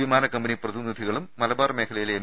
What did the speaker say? വിമാനക്കമ്പനി പ്രതി നിധികളും മലബാർ മേഖലയിലെ എം